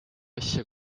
asja